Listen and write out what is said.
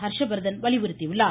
ஹ்ஷவர்த்தன் வலியுறுத்தியுள்ளார்